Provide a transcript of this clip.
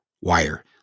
Wire